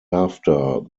after